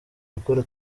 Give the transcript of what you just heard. gukora